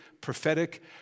prophetic